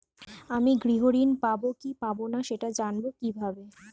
আমি গৃহ ঋণ পাবো কি পাবো না সেটা জানবো কিভাবে?